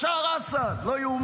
בשאר אסד, לא יאומן.